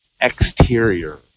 exterior